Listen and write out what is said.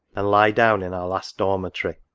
and lie down in our last dormitory.